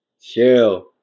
Chill